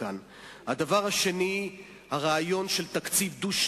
והשאלה המתבקשת באופן טבעי,